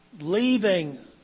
Leaving